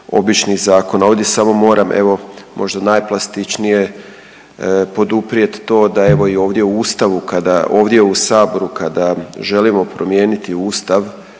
običnih zakona. Ovdje samo moram evo možda najplastičnije poduprijeti to da evo i ovdje u Ustavu kada, ovdje u saboru kada želimo promijeniti Ustav,